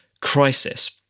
crisis